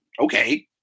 Okay